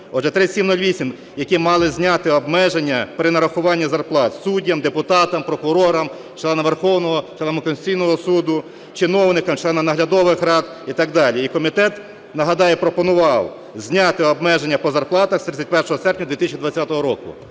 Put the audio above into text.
Отже, 3708, які мали зняти обмеження при нарахуванні зарплат суддям, депутатам, прокурорам, члена Верховного, членам Конституційного Суду, чиновникам, членам наглядових рад і так далі. І комітет, нагадаю, пропонував зняти обмеження по зарплатах з 31 серпня 2020 року.